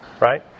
right